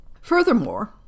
Furthermore